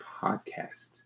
Podcast